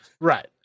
Right